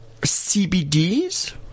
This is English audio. CBDs